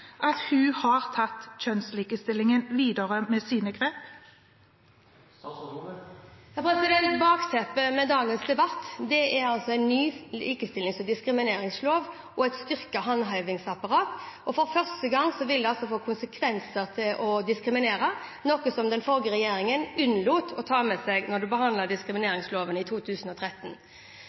at hun har tatt kjønnslikestillingen videre med sine grep? Bakteppet for dagens debatt er en ny likestillings- og diskrimineringslov og et styrket håndhevingsapparat. For første gang vil det få konsekvenser å diskriminere, noe den forrige regjeringen unnlot å ta med seg da de behandlet diskrimineringsloven i 2013.